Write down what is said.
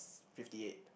fifty eight